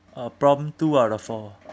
uh prompt two out of four